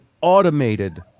automated